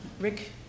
Rick